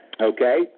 Okay